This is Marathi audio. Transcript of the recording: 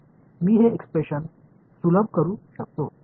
मी हे एक्सप्रेशन सुलभ करू शकतो